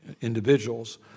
individuals